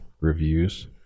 reviews